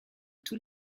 tous